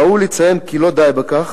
ראוי לציין כי לא די בכך,